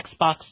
Xbox